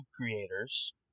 creators